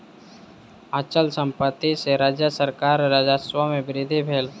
अचल संपत्ति सॅ राज्य सरकारक राजस्व में वृद्धि भेल